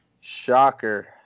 Shocker